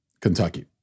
Kentucky